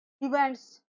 events